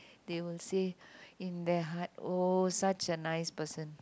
they will say in their heart oh such a nice person